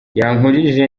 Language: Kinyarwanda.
yankurije